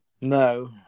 No